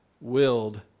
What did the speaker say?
willed